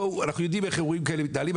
בואו, אנחנו יודעים איך אירועים כאלה מתנהלים.